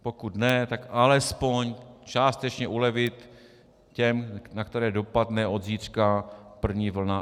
Pokud ne, tak alespoň částečně ulevit těm, na které dopadne od zítřka první vlna EET.